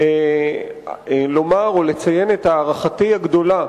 כדי לציין את הערכתי הגדולה